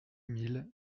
mille